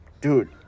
dude